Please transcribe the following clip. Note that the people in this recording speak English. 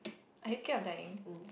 are you scared of dying